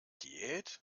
diät